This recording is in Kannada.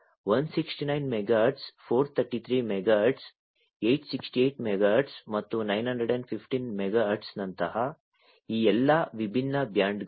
ಆದ್ದರಿಂದ 169 ಮೆಗಾಹರ್ಟ್ಜ್ 433 ಮೆಗಾಹರ್ಟ್ಜ್ 868 ಮೆಗಾಹರ್ಟ್ಜ್ ಮತ್ತು 915 ಮೆಗಾಹರ್ಟ್ಜ್ ನಂತಹ ಈ ಎಲ್ಲಾ ವಿಭಿನ್ನ ಬ್ಯಾಂಡ್ಗಳು